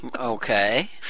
Okay